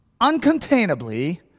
uncontainably